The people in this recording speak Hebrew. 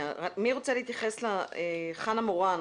חנה מורן,